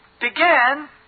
began